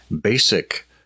basic